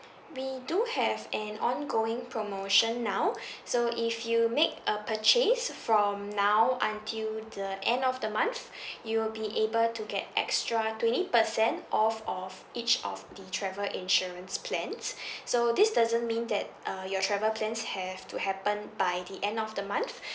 we do have an ongoing promotion now so if you make a purchase from now until the end of the month you will be able to get extra twenty percent off of each of the travel insurance plans so this doesn't mean that uh your travel plans have to happen by the end of the month